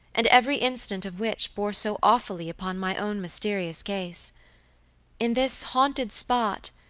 and every incident of which bore so awfully upon my own mysterious case in this haunted spot,